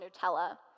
Nutella